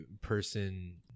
person